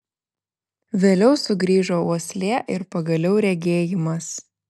vėliau sugrįžo uoslė ir pagaliau regėjimas